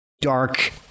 dark